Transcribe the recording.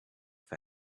for